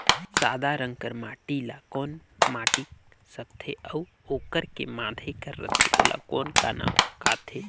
सादा रंग कर माटी ला कौन माटी सकथे अउ ओकर के माधे कर रथे ओला कौन का नाव काथे?